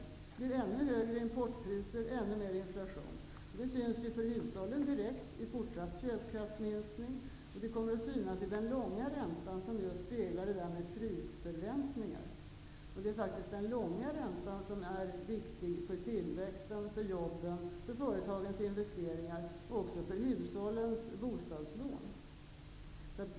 Det blir ännu högre importpriser och ännu större inflation. Detta märks för hushållen direkt i fortsatt köpkraftsminksning. Det kommer också att märkas i den långa räntan som just speglar prisförväntningar. Den långa räntan är faktiskt viktig för tillväxten, jobben, företagens investeringar och hushållens bostadslån.